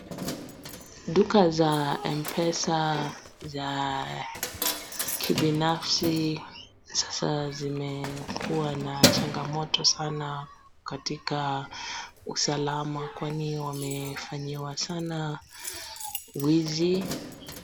Duka za Mpesa za kibinafsi sasa zimekuwa na changamoto sana katika usalama kwani wamefanyiwa sana wizi.